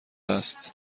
است